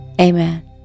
amen